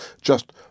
just